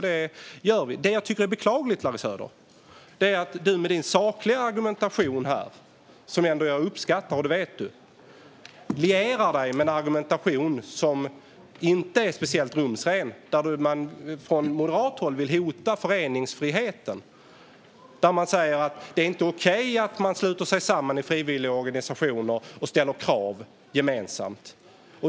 Det som jag tycker är beklagligt, Larry Söder, är att du i din sakliga argumentation här, som jag ändå uppskattar och det vet du, lierar dig med en moderat argumentation som inte är speciellt rumsren. Från moderat håll vill man ju hota föreningsfriheten och säger att det inte är okej att sluta sig samman i frivilligorganisationer och ställa krav gemensamt.